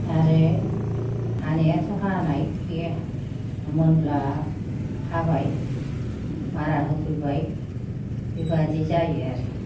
आरो हानायाथ' हानाय बे मोनब्ला हाबाय मारा होफैबाय बेबायदि जायो आरो